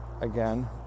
again